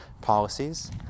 policies